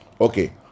Okay